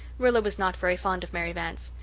rilla was not very fond of mary vance.